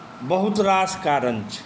बहुत रास कारण छै